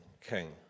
king